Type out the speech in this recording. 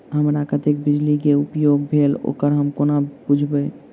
हमरा कत्तेक बिजली कऽ उपयोग भेल ओकर हम कोना बुझबै?